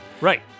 Right